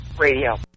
Radio